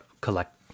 collect